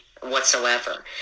whatsoever